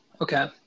Okay